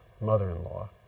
mother-in-law